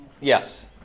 Yes